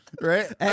right